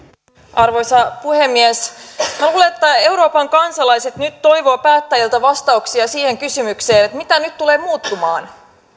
arvoisa puhemies minä luulen että euroopan kansalaiset nyt toivovat päättäjiltä vastauksia siihen kysymykseen mikä nyt tulee muuttumaan